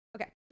Okay